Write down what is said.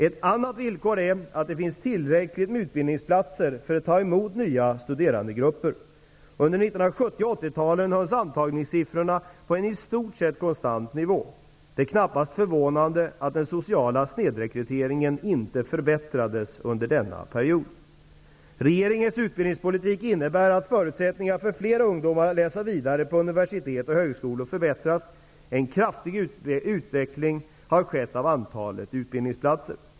Ett annat villkor är att det finns tillräckligt med utbildningsplatser för att ta emot nya studerandegrupper. Under 1970 och 1980-talen hölls antagningssiffrorna på en i stort sett konstant nivå. Det är knappast förvånande att den sociala snedrekryteringen inte förbättrades under denna period. Regeringens utbildningspolitik innebär att förutsättningarna för fler ungdomar att läsa vidare på universitet och högskolor förbättras. En kraftig utökning har skett av antalet utbildningsplatser.